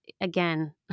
again